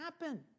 happen